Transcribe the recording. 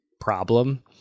problem